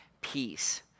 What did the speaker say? peace